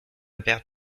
perdre